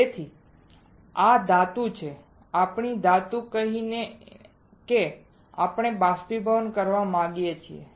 તેથી આ ધાતુ છે આપણે ધાતુ કહીએ કે આપણે બાષ્પીભવન કરવા માંગીએ છીએ